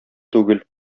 түгел